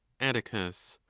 atticus.